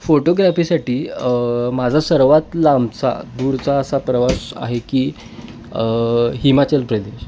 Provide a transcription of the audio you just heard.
फोटोग्राफीसाठी माझा सर्वांत लांबचा दूरचा असा प्रवास आहे की हिमाचल प्रदेश